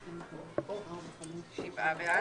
שבעה.